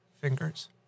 fingers